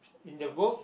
in the book